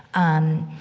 um,